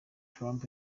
trump